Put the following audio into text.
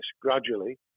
gradually